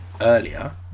earlier